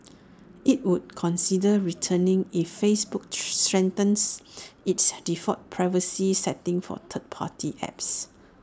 IT would consider returning if Facebook strengthens its default privacy settings for third party apps